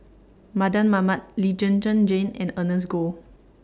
Mardan Mamat Lee Zhen Zhen Jane and Ernest Goh